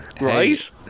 Right